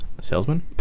salesman